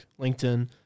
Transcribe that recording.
LinkedIn